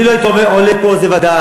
אני לא הייתי עולה פה, זה ודאי.